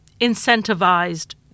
incentivized